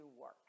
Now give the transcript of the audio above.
work